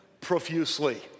profusely